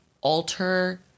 alter